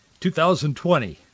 2020